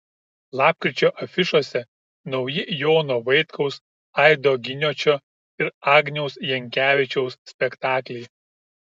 lapkričio afišose nauji jono vaitkaus aido giniočio ir agniaus jankevičiaus spektakliai